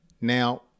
Now